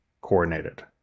coordinated